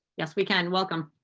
yes, we can. welcome.